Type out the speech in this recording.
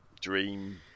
dream